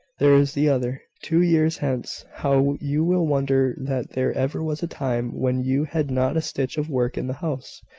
there is the other. two years hence, how you will wonder that there ever was a time when you had not a stitch of work in the house!